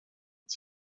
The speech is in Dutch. het